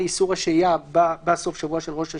איסור השהייה בסוף השבוע של ראש השנה.